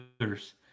others